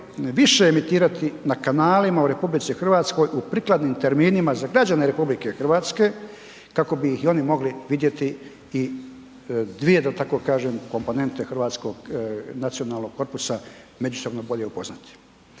više emitirati na kanalima u RH u prikladnim terminima za građane RH kako bi ih oni mogli vidjeti da tako kažem komponente hrvatskog nacionalnog korpusa međusobno bolje upoznati.